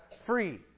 free